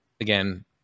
again